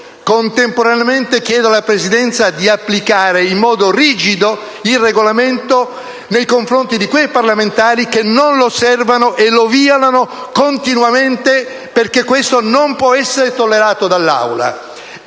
contemporaneamente chiedo alla Presidenza di applicare in modo rigido il Regolamento nei confronti di quei parlamentari che non lo osservano e lo violano continuamente, perché questo non può essere tollerato dall'Aula.